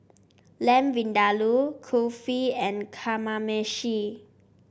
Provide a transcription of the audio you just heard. Lamb Vindaloo Kulfi and Kamameshi